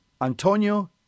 Antonio